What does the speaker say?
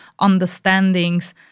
understandings